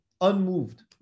unmoved